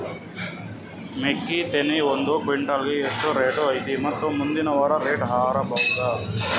ಮೆಕ್ಕಿ ತೆನಿ ಒಂದು ಕ್ವಿಂಟಾಲ್ ಗೆ ಎಷ್ಟು ರೇಟು ಐತಿ ಮತ್ತು ಮುಂದಿನ ವಾರ ರೇಟ್ ಹಾರಬಹುದ?